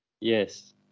Yes